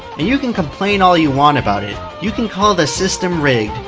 and you can complain all you want about it. you can call the system rigged.